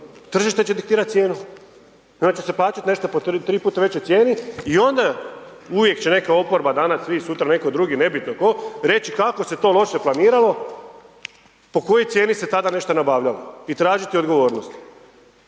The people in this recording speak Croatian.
Tržište će diktirati cijenu. I onda će se plaćati nešto po tri puta većoj cijeni i onda uvijek će neka oporba danas, vi sutra, netko drugi nebitno tko reći kako se to loše planiralo, po kojoj cijeni se tada nešto nabavljalo i tražiti odgovornosti.